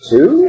Two